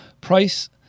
price